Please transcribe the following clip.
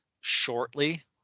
shortly